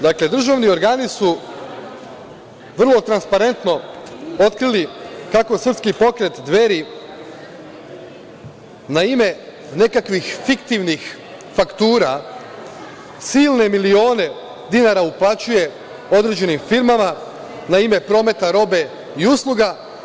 Dakle, državni organi su vrlo transparentno otkrili kako Srpski pokret Dveri na ime nekakvih fiktivnih faktura silne milione dinara uplaćuje određenim firmama na ime prometa robe i usluga.